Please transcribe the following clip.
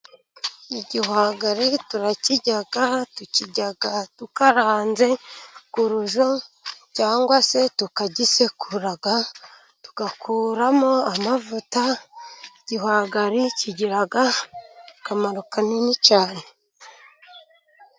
Igihwagari turakirya tukirya dukaranze ku rujyo cyangwa se tukagisekura tugakuramo amavuta. Igihwagari kigira akamaro kanini cyane.